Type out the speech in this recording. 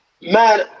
Man